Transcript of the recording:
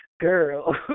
girl